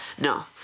No